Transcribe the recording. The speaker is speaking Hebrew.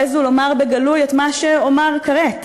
העזו לומר בגלוי את מה שאומר כעת,